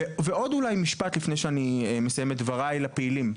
עוד אולי משפט לפני שאני מסיים את דבריי לפעילים,